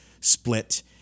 split